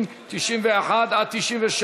90, 91 93,